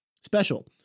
special